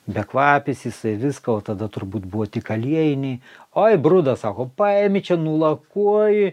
bekvapis jisai viską o tada turbūt buvo tik aliejiniai oi brudas sako paimi čia nulakuoji